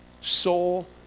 soul